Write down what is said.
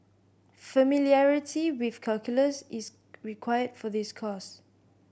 familiarity with calculus is required for this course